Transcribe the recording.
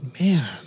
Man